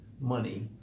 money